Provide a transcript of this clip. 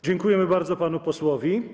Dziękujemy bardzo panu posłowi.